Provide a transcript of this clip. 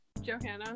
Johanna